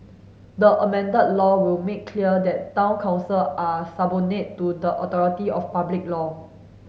the amended law will make clear that Town Council are to the authority of public law